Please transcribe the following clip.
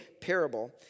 parable